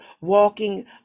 walking